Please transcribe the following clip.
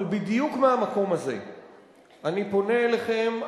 אבל בדיוק מהמקום הזה אני פונה אליכם,